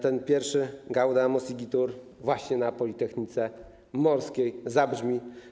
Ten pierwszy Gaudeamus Igitur właśnie na Politechnice Morskiej zabrzmi.